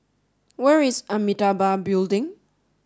where is Amitabha Building